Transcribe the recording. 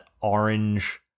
orange